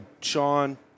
Sean